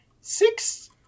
six